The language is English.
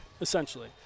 essentially